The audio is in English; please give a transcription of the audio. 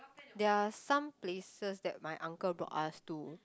there are some places that my uncle brought us to